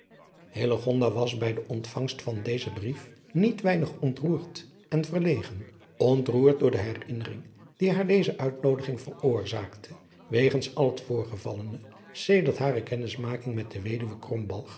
was bij de ontvangst van dezen brief niet weinig ontroerd en verlegen ontroerd door de herinnering die haar deze uitnoodiging veroorzaakte wegens al het voorgevallene federt hare kennismaking met de